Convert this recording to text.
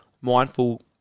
mindful